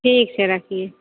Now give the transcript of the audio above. ठीक छै रखियै